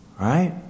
right